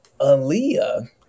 Aaliyah